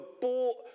bought